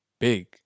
big